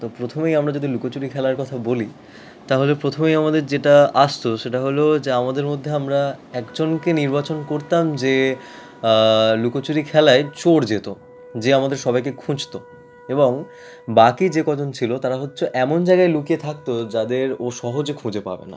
তো প্রথমেই আমরা যদি লুকোচুরি খেলার কথা বলি তাহলে প্রথমেই আমাদের যেটা আসতো সেটা হলো যে আমাদের মধ্যে আমরা একজনকে নির্বাচন করতাম যে লুকোচুরি খেলায় চোর যেত যে আমাদের সবাইকে খুঁজতো এবং বাকি যে কজন ছিল তারা হচ্ছে এমন জায়গায় লুকিয়ে থাকতো যাদের ও সহজে খুঁজে পাবে না